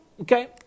Okay